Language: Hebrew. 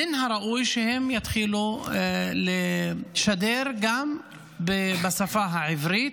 מן הראוי שהם יתחילו לשדר גם בשפה העברית,